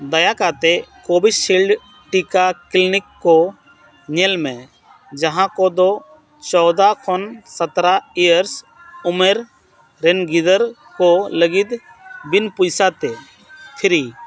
ᱫᱟᱭᱟ ᱠᱟᱛᱮᱫ ᱠᱳᱵᱷᱤᱥᱤᱞᱰ ᱴᱤᱠᱟ ᱛᱤᱱᱟᱹᱜ ᱠᱚ ᱧᱮᱞ ᱢᱮ ᱡᱟᱦᱟᱸ ᱠᱚᱫᱚ ᱪᱚᱣᱫᱟ ᱠᱷᱚᱱ ᱥᱚᱛᱨᱚ ᱤᱭᱟᱨᱥ ᱩᱢᱮᱨ ᱨᱮᱱ ᱜᱤᱫᱟᱹᱨ ᱠᱚ ᱞᱟᱹᱜᱤᱫ ᱵᱤᱱ ᱯᱚᱭᱥᱟ ᱛᱮ ᱯᱷᱨᱤ